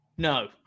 No